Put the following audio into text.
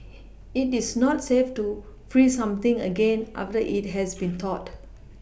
it is not safe to freeze something again after it has been thawed